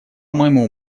моему